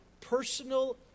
personal